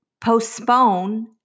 postpone